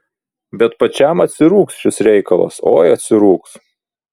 bet pačiam atsirūgs šis reikalas oi atsirūgs